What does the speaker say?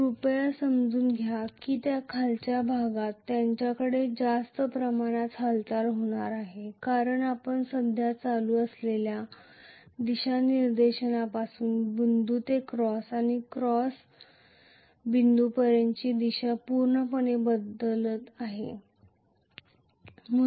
कृपया समजून घ्या की त्या खालच्या भागात त्यांच्याकडे जास्त प्रमाणात हालचाल होणार आहे कारण आपण सध्या करंट असलेल्या दिशानिर्देशापासून बिंदू ते क्रॉस आणि क्रॉस बिंदूपर्यंतची दिशा पूर्णपणे बदलत आहात